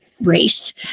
race